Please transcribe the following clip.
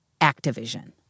Activision